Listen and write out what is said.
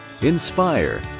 inspire